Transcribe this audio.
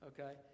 Okay